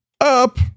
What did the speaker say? up